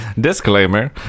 Disclaimer